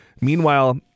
Meanwhile